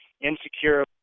Insecure